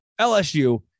LSU